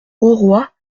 auroi